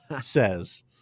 says